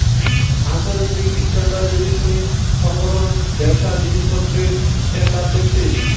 আন্তর্জাতিক স্ট্যান্ডার্ডাইজেশন সংগঠন ব্যবসার জিনিসপত্রের স্ট্যান্ডার্ড দেখছে